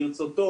ברצותו,